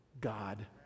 God